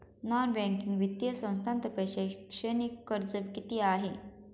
Non banking वित्तीय संस्थांतर्फे शैक्षणिक कर्ज किती आहे?